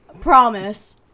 Promise